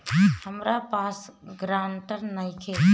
हमरा पास ग्रांटर नइखे?